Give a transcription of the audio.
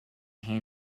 hand